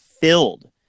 filled